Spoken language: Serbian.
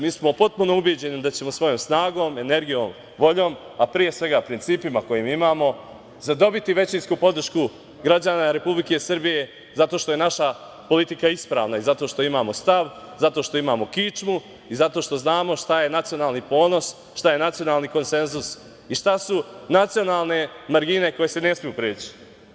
Mi smo potpuno ubeđeni da ćemo svojom snagom, energijom, voljom, a pre svega principima koje imamo zadobiti većinsku podršku građana Republike Srbije, zato što je naša politika ispravna i zato što imamo stav, zato što imamo kičmu i zato što znamo šta je nacionalni ponos, šta je nacionalni konsenzus i šta su nacionalne margine koje se ne smeju preći.